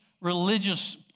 religious